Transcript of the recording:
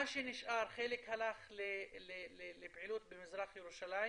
מה שנשאר, חלק הלך לפעילות במזרח ירושלים